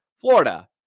Florida